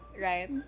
right